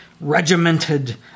regimented